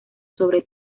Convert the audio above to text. sobre